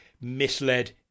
misled